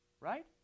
Right